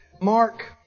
Mark